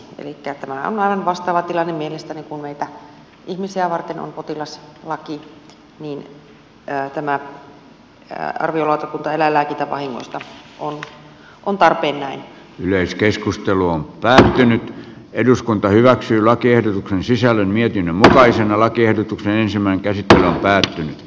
elikkä tämä on mielestäni aivan vastaava tilanne kuin siinä että meitä ihmisiä varten on potilaslaki niin että tämä arviolautakunta eläinlääkintävahingoista on tarpeen näin yleiskeskusteluun pääsee nyt eduskunta hyväksyi lakiehdotuksen sisällön mietin vähäisenä lakiehdotukseenisemmän käsittely on päättynyt